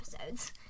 episodes